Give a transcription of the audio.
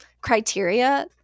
criteria